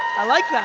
i like that.